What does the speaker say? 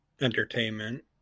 entertainment